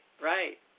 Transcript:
right